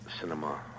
cinema